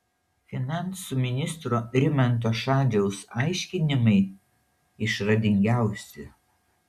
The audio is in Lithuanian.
finansų ministro rimanto šadžiaus aiškinimai išradingiausi